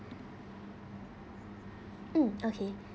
mm okay